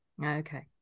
okay